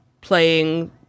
playing